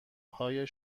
های